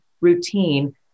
routine